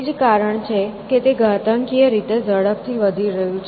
તે જ કારણ છે કે તે ઘાતાંકીય રીતે ઝડપથી વધી રહ્યું છે